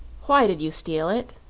why did you steal it?